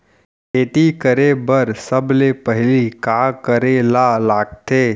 खेती करे बर सबले पहिली का करे ला लगथे?